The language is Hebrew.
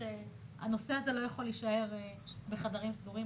הנושא הזה לא יכול להישאר בחדרים סגורים,